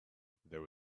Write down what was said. there